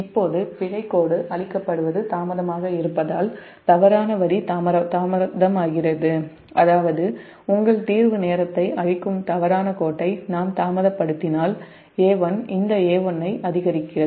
இப்போது பிழைக்கோடு அழிக்கப்படுவது தாமதமாக இருப்பதால் தவறான வரி தாமதமாகிறது அதாவது உங்கள் தீர்வு நேரத்தை அழிக்கும் தவறான கோட்டை நாம் தாமதப்படுத்தினால் A1 இந்த A1 ஐ அதிகரிக்கிறது